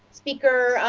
speaker